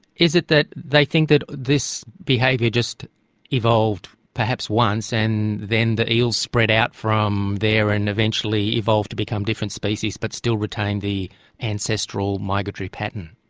is it that they think that this behaviour just evolved perhaps once and then the eels spread out from there and eventually evolved to become different species but still retain the ancestral migratory pattern?